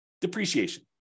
depreciation